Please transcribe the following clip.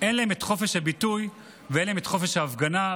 אין להם את חופש הביטוי ואין להם את חופש ההפגנה.